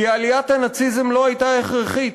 כי עליית הנאציזם לא הייתה הכרחית,